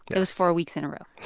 it was four weeks in a row